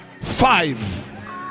five